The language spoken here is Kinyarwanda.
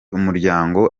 umuryango